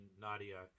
Nadia